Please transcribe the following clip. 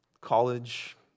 College